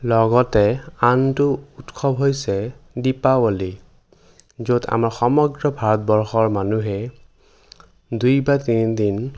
লগতে আনটো উৎসৱ হৈছে দিপাৱলী য'ত আমাৰ সমগ্ৰ ভাৰতবৰ্ষৰ মানুহে দুই বা তিনিদিন